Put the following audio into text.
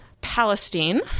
Palestine